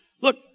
Look